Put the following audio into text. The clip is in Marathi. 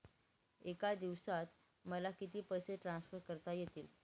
एका दिवसात मला किती पैसे ट्रान्सफर करता येतील?